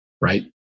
right